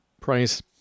price